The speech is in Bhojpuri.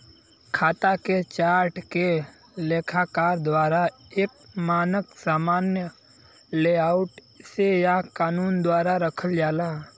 खाता के चार्ट के लेखाकार द्वारा एक मानक सामान्य लेआउट से या कानून द्वारा रखल जाला